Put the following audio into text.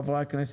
חברי הכנסת,